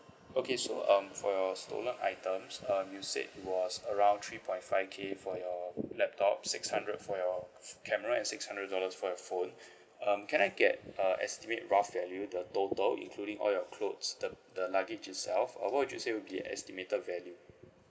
okay so um for your stolen items um you said it was around three point five k for your laptop six hundred for your camera and six hundred dollars for your phone um can I get uh estimate rough value the total including all your clothes the the luggage itself or what would you say will be an estimated value